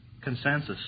consensus